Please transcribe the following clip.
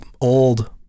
old